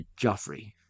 Joffrey